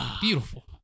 beautiful